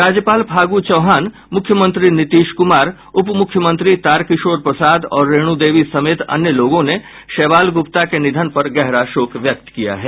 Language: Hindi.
राज्यपाल फागू चौहान मुख्यमंत्री नीतीश कुमार उप मुख्यमंत्री तारकिशोर प्रसाद और रेणु देवी समेत अन्य लोगों ने शैवाल गुप्ता के निधन पर गहरा शोक व्यक्त किया है